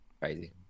Crazy